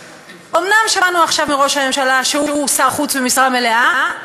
אומנם שמענו עכשיו מראש הממשלה שהוא שר חוץ במשרה מלאה,